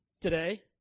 today